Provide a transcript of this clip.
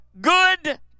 good